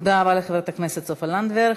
תודה רבה לחברת הכנסת סופה לנדבר.